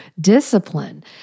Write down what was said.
discipline